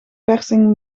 persing